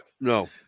No